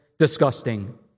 disgusting